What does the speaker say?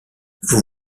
vous